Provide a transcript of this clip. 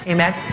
Amen